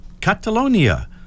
Catalonia